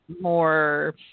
more